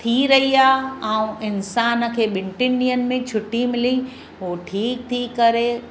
थी रही आहे ऐं इंसान खे ॿिनि टिनि ॾींहंनि में छुटी मिली हो ठीकु थी करे